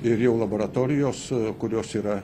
ir jau laboratorijos kurios yra